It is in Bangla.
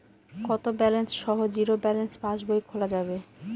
কত ব্যালেন্স সহ জিরো ব্যালেন্স পাসবই খোলা যাবে?